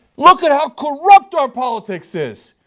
look at how corrupt our politics is.